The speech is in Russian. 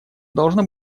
должно